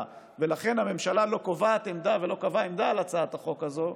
ולכן הממשלה לא קובעת עמדה ולא קבעה עמדה על הצעת החוק הזאת,